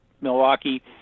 Milwaukee